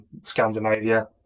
Scandinavia